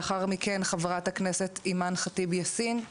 לאחר מכן, עם חברת הכנסת אימאן ח'טיב יאסין.